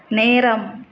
நேரம்